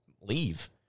leave